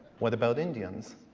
what about indians?